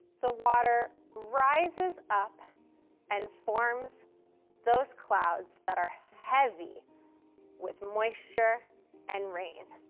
the water rises up and forms those clouds that are heavy with moisture and rain.